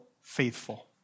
faithful